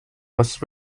was